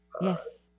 Yes